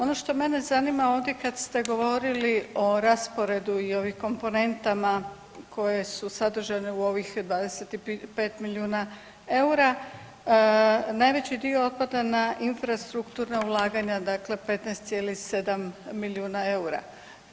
Ono što mene zanima ovdje kad ste govorili o rasporedu i ovim komponentama koje su sadržane u ovih 25 milijuna EUR-a najveći dio otpada na infrastrukturna ulaganja, dakle 15,7 milijuna EUR-a.